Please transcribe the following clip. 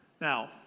Now